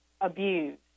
abused